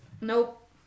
Nope